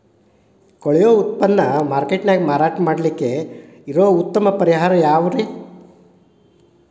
ಕೊಳೆವ ಉತ್ಪನ್ನಗಳನ್ನ ಮಾರ್ಕೇಟ್ ನ್ಯಾಗ ಮಾರಾಟ ಮಾಡಲು ಇರುವ ಉತ್ತಮ ಪರಿಹಾರಗಳು ಯಾವವು?